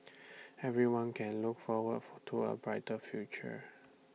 everyone can look forward to A brighter future